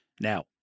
Now